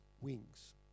wings